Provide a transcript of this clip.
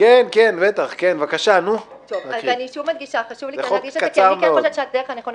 אני שוב מדגישה שאני כן חושבת שהדרך הנכונה